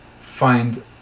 find